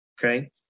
Okay